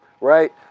Right